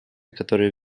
которые